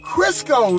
Crisco